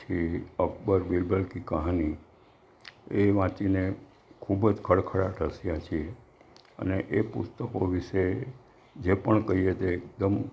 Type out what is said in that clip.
પછી અકબર બિરબલ કી કહાની એ વાંચીને ખૂબ જ ખડખડાટ હસ્યા છીએ અને એ પુસ્તકો વિશે જે પણ કહીએ તે એકદમ